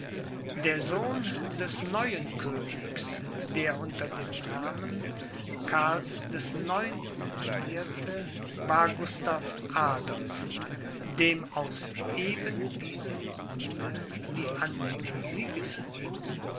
der sohn des neuen königs der unter dem namen karls des neunten regierte war gustav adolph dem aus eben diesem grunde die anhänger